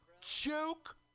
Joke